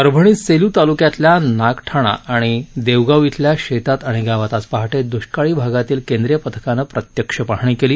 परभणीत सेलू तालुक्यातल्या नागठाणा आणि देवगाव शेतात आणि गावात आज पहाटे दुष्काळी भागातील केंद्रीय पथकानं प्रत्यक्ष पाहणी केली